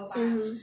mmhmm